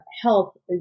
help